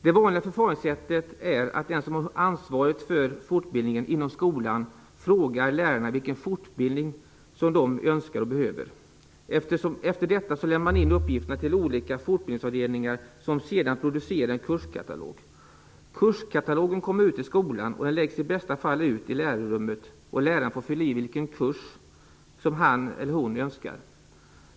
Det vanliga förfaringssättet är att den som har ansvaret för fortbildningen inom skolan frågar lärarna vilken fortbildning de önskar och behöver. Efter detta lämnar man in uppgifterna till olika fortbildningsavdelningar som sedan producerar en kurskatalog. Kurskatalolgen kommer ut till skolan. Den läggs i bästa fall ut i lärarrummet, och läraren få fylla i vilken kurs som han eller hon önskar.